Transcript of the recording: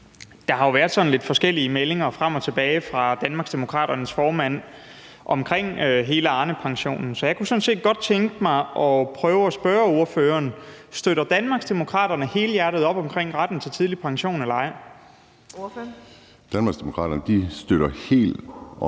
Der har jo været sådan lidt forskellige meldinger frem og tilbage fra Danmarksdemokraternes formand omkring hele Arnepensionen, så jeg kunne sådan set godt tænke mig at spørge ordføreren, om Danmarksdemokraterne støtter helhjertet op omkring retten til tidlig pension eller ej. Kl. 14:58 Den fg. formand (Birgitte Vind): Ordføreren.